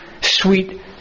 sweet